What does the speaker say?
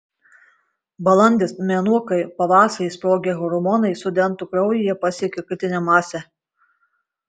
balandis mėnuo kai pavasarį išsprogę hormonai studentų kraujyje pasiekia kritinę masę